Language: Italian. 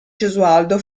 gesualdo